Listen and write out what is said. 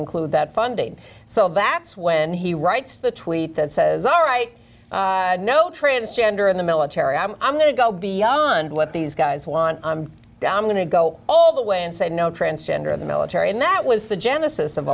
include that funding so that's when he writes the tweet that says all right no transgender in the military i'm i'm going to go beyond what these guys want down going to go all the way and say no transgender of the military and that was the genesis of